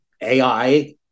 AI